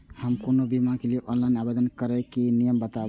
हम कोनो बीमा के लिए ऑनलाइन आवेदन करीके नियम बाताबू?